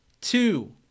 two